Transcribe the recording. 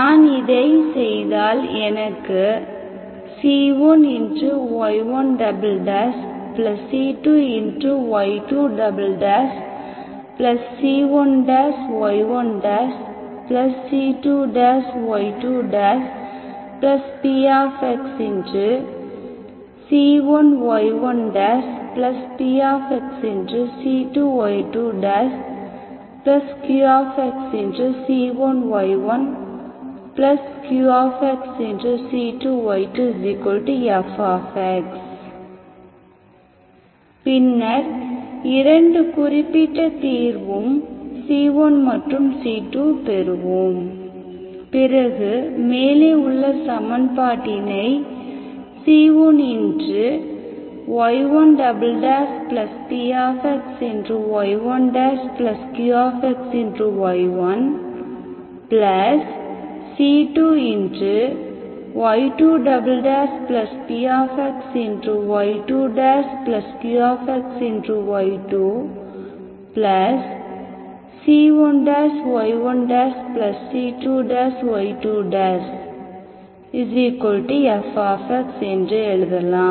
நான் இதை செய்தால் எனக்கு c1y1c2y2c1y1c2y2pxc1y1pxc2y2qxc1y1qxc2y2fபின்னர் இரண்டு குறிப்பிட்ட தீர்வும் c1 மற்றும் c2பெறுவோம் பிறகு மேலே உள்ள சமன்பாட்டினை c1y1pxy1qxy1c2y2pxy2qxy2c1y1c2y2fx என்று எழுதலாம்